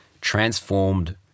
transformed